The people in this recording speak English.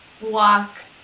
walk